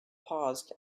paused